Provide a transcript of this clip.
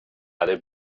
erde